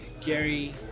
gary